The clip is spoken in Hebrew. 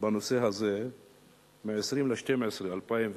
בנושא הזה מ-20 בדצמבר 2011,